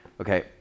Okay